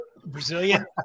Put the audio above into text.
Brazilian